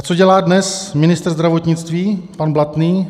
A co dělá dnes ministr zdravotnictví pan Blatný?